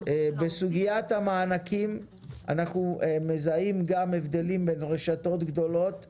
בסוגיית המענקים אנחנו מזהים הבדלים בין רשתות גדולות ומבוססת,